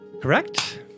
correct